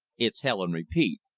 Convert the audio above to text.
it's hell and repeat.